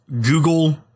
Google